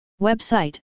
Website